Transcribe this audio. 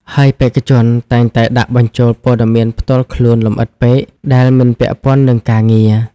ហើយបេក្ខជនតែងតែដាក់បញ្ចូលព័ត៌មានផ្ទាល់ខ្លួនលម្អិតពេក ដែលមិនពាក់ព័ន្ធនឹងការងារ។